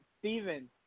Steven